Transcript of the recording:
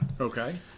okay